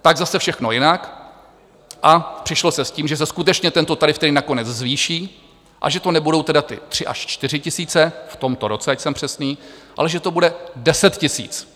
Tak zase všechno jinak a přišlo se s tím, že se skutečně tento tarif nakonec zvýší, a že to nebudou tedy ty 3 až 4 tisíce v tomto roce, ať jsem přesný, ale že to bude 10 tisíc.